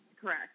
Correct